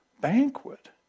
banquet